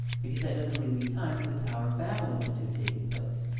because that doesn't leave any time for the tower of babel event to have taken place.